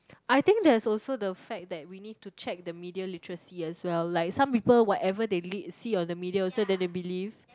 I think there is also the fact that we need to check the media literacy as well like some people whatever they lead see on the media so then they believe